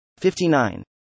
59